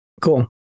Cool